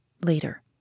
Later